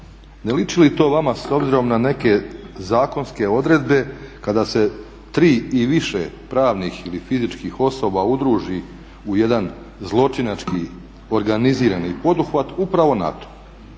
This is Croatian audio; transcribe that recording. ne liči li to vama s obzirom na neke zakonske odredbe kada se tri i više pravnih ili fizičkih osoba udruži u jedan zločinački organizirani poduhvat upravo na